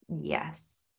Yes